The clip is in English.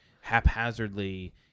haphazardly